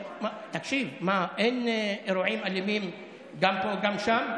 תקשיב, מה, אין אירועים אלימים גם פה וגם שם?